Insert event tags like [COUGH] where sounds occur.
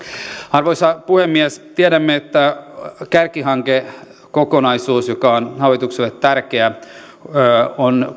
arvoisa puhemies tiedämme että kärkihankekokonaisuus joka on hallitukselle tärkeä on [UNINTELLIGIBLE]